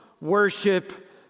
worship